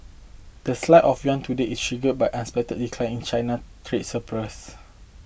the slide of yuan today is triggered by unexpected decline in China trade surplus